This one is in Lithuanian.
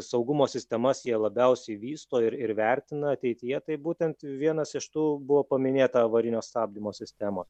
saugumo sistemas jie labiausiai vysto ir ir vertina ateityje tai būtent vienas iš tų buvo paminėta avarinio stabdymo sistema